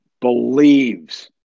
believes